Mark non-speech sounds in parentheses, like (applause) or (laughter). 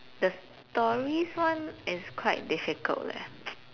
the stories one is quite difficult leh (noise)